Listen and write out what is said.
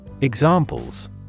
Examples